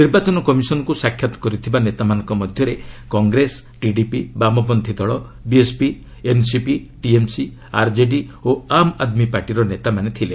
ନିର୍ବାଚନ କମିଶନଙ୍କ ସାକ୍ଷାତ କରିଥିବା ନେତାମାନଙ୍କ ମଧ୍ୟରେ କଂଗ୍ରେସ ଟିଡିପି ବାମପନ୍ଥୀ ଦଳ ବିଏସ୍ପି ଏନ୍ସିପି ଟିଏମ୍ସି ଆର୍ଜେଡି ଓ ଆମ୍ ଆଦମୀ ପାର୍ଟିର ନେତାମାନେ ଥିଲେ